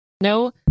No